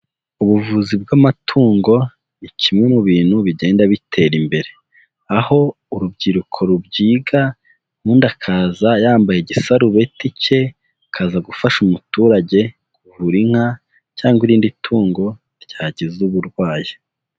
Ubuvuzi bw'amatungo ni kimwe mu bintu bigenda bitera imbere, aho urubyiruko rubyiga, bundi akaza yambaye igisarubeti cye, kaza gufasha umuturage kuvura inka, cyangwa irindi tungo ryagiza uburwayi.